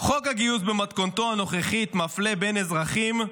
חוק הגיוס במתכונתו הנוכחית מפלה בין אזרחים,